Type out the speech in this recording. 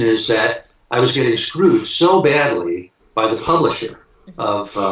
is that i was getting screwed so badly by the publisher of.